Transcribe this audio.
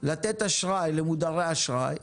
לתת אשראי למודרי אשראי.